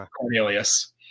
Cornelius